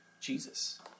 Jesus